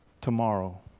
tomorrow